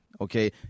okay